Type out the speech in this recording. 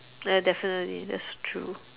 ya definitely that's true